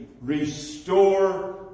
Restore